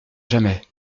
jamais